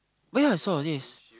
where was all of this